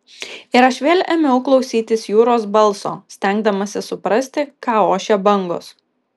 ir aš vėl ėmiau klausytis jūros balso stengdamasis suprasti ką ošia bangos